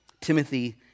Timothy